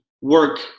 work